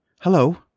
Hello